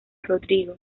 rodrigo